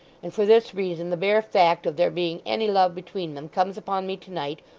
and, for this reason, the bare fact of there being any love between them comes upon me to-night,